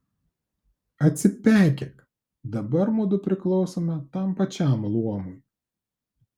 atsipeikėk dabar mudu priklausome tam pačiam luomui